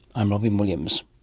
i'm robyn williams